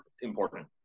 important